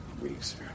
weeks